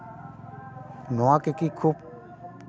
ᱱᱚᱣᱟ ᱠᱚ ᱠᱤ ᱠᱷᱩᱵ